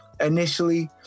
initially